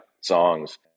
songs